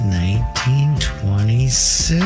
1926